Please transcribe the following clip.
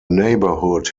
neighborhood